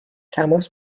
تماس